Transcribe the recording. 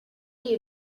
you